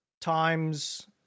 times